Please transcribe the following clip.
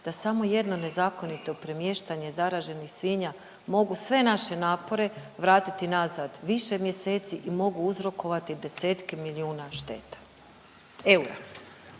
da samo jedno nezakonito premještanje zaraženih svinja, mogu sve naše napore vratiti nazad, više mjeseci i mogu uzrokovati desetke milijuna šteta, eura.